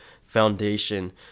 foundation